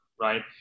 right